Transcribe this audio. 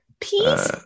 Peace